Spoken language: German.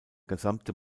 gesamte